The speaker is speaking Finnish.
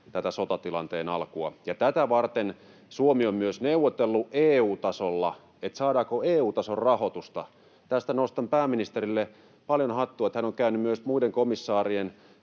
tämän sotatilanteen alkua. Ja tätä varten Suomi on myös neuvotellut EU-tasolla, että saadaanko EU-tason rahoitusta. Tästä nostan pääministerille paljon hattua, että hän on käynyt myös muiden komissaarien